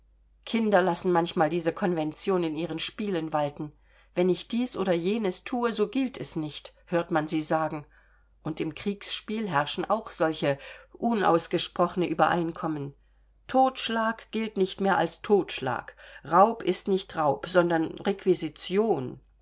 kinder lassen manchmal diese konvention in ihren spielen walten wenn ich dies oder jenes thue so gilt es nicht hört man sie sagen und im kriegsspiel herrschen auch solche unausgesprochene übereinkommen totschlag gilt nicht mehr als totschlag raub ist nicht raub sondern requisition